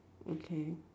okay